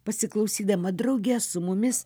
pasiklausydama drauge su mumis